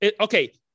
okay